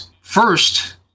first